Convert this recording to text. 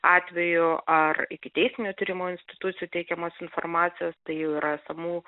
atveju ar ikiteisminio tyrimo institucijų teikiamos informacijos tai jau yra esamų